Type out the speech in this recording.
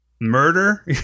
murder